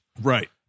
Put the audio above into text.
Right